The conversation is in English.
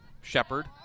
Shepard